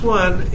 one